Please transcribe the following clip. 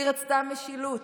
היא רצתה משילות.